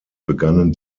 begannen